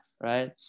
right